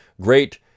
great